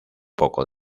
poco